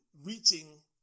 reaching